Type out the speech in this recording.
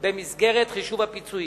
במסגרת חישוב הפיצויים.